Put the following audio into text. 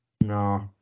No